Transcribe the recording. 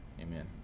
amen